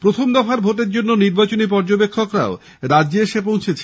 প্রথম দফার ভোটের জন্য নির্বাচনী পর্যবেক্ষকরা রাজ্যে এসে পৌঁছেছেন